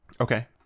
Okay